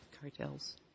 Cartels